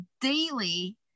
daily